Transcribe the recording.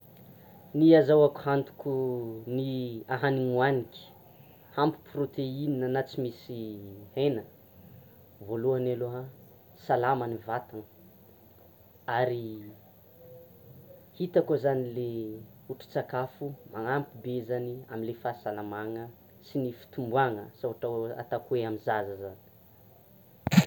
Ny ahazaoko antoko ny ahaniny hoaniky ampy proteina na tsy misy hena, voalohany aloha, salama ny vatana ary, hitako zany le foto-tsakafo magnampy be zany amin'ny le fahasalamana sy ny fitomboana asa ohatra atoko hoe: amin'ny zaza zany.